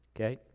okay